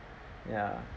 ya